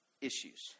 issues